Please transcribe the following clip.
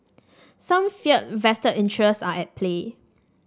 some fear vested interests are at play